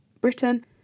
britain